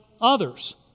others